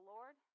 Lord